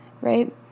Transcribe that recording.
Right